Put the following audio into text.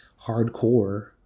hardcore